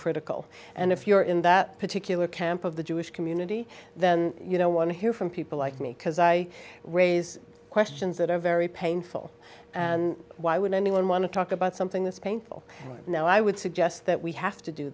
uncritical and if you're in that particular camp of the jewish community then you know want to hear from people like me because i raise that are very painful and why would anyone want to talk about something that's painful now i would suggest that we have to do